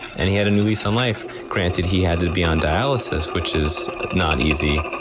and he had a new lease on life. granted, he had to be on dialysis, which is not easy,